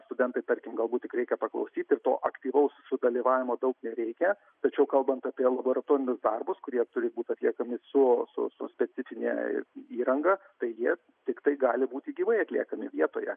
studentai tarkim galbūt tik reikia paklausyt ir to aktyvaus dalyvavimo daug nereikia tačiau kalbant apie laboratorinius darbus kurie turi būt atliekami su su specifine įranga tai jie tiktai gali būti gyvai atliekami vietoje